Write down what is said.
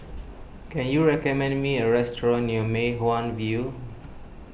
can you recommend me a restaurant near Mei Hwan View